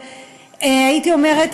והייתי אומרת,